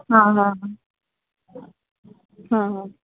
हा हा हा हा हा